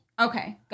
Okay